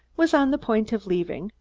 was on the point of leaving,